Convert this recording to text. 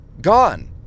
gone